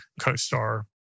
CoStar